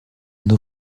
nos